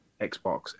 Xbox